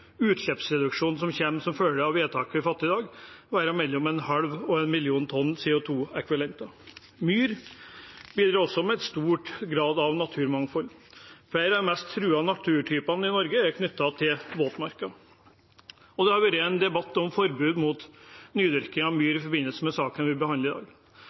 som følge av vedtaket vi fatter i dag, være 0,5–1 mill. tonn CO 2 -ekvivalenter. Myr bidrar også i stor grad til naturmangfold. Flere av de mest truede naturtypene i Norge er knyttet til våtmark. Det har vært en debatt om forbud mot nydyrking av myr i forbindelse med saken vi behandler i dag.